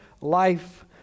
life